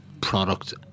product